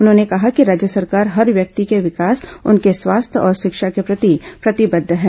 उन्होंने कहा कि राज्य सरकार हर व्यक्ति के विकास उनके स्वास्थ्य और शिक्षा के प्रति प्रतिबद्ध है